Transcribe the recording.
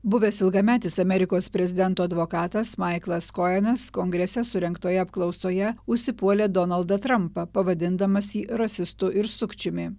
buvęs ilgametis amerikos prezidento advokatas maiklas koenas kongrese surengtoje apklausoje užsipuolė donaldą trampą pavadindamas jį rasistu ir sukčiumi